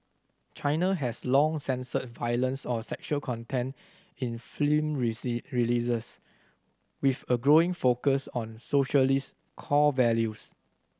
China has long censored violence or sexual content in film releases with a growing focus on socialist core values